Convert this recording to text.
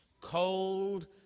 cold